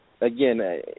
again